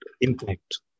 impact